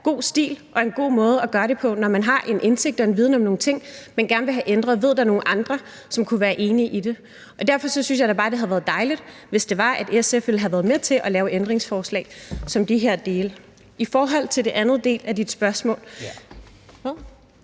god stil og en god måde at gøre det på, når man har en indsigt og en viden om nogle ting, man gerne vil have ændret, og ved, at der er nogle andre, som kunne være enige i det. Derfor synes jeg da bare, det havde været dejligt, hvis SF ville have været med til at lave et ændringsforslag. I forhold til den anden del af dit spørgsmål